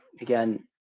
Again